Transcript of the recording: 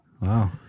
Wow